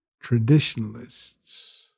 traditionalists